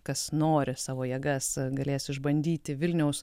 kas nori savo jėgas galės išbandyti vilniaus